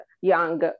young